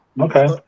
Okay